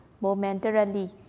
momentarily